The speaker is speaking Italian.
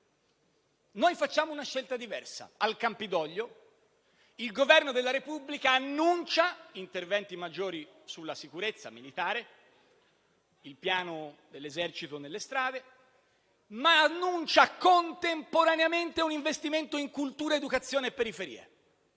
Noi facciamo una scelta diversa: al Campidoglio, il Governo della Repubblica annuncia maggiori interventi sulla sicurezza militare, il piano dell'esercito nelle strade e, contemporaneamente, un investimento in cultura, educazione e periferie,